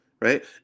Right